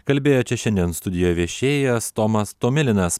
kalbėjo čia šiandien studijoje viešėjęs tomas tomilinas